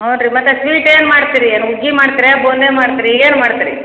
ಹ್ಞೂ ರೀ ಮತ್ತೆ ಸ್ವೀಟ್ ಏನು ಮಾಡ್ತೀರಿ ಏನು ಹುಗ್ಗಿ ಮಾಡ್ತಿರಿ ಬೂಂದೇ ಮಾಡ್ತಿರಿ ಏನು ಮಾಡ್ತಿರಿ